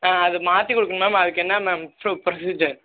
ஆ அது மாற்றி கொடுக்குணும் மேம் அதுக்கு என்னா மேம் புரோசிஜர்